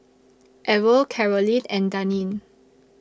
Ewell Caroline and Daneen